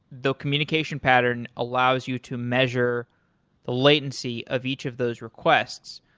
the communication pattern allows you to measure the latency of each of those requests.